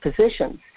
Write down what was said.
positions